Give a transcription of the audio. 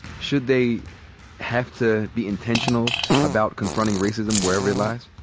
should they have to be intentional about confronting racism wherever it lies?